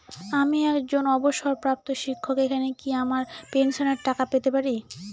আমি একজন অবসরপ্রাপ্ত শিক্ষক এখানে কি আমার পেনশনের টাকা পেতে পারি?